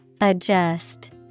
Adjust